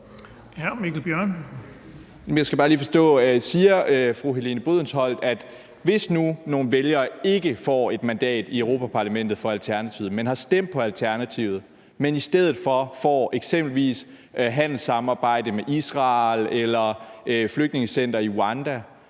Mikkel Bjørn (DF): Jamen jeg skal bare lige forstå det. Hvis nu nogle vælgere ikke får et mandat i Europa-Parlamentet for Alternativet, men har stemt på Alternativet, men i stedet for får eksempelvis et handelssamarbejde med Israel eller et flygtningecenter i Rwanda,